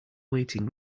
waiting